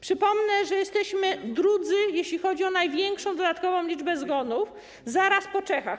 Przypomnę, że jesteśmy drudzy, jeśli chodzi o największą dodatkową liczbę zgonów, zaraz po Czechach.